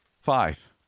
Five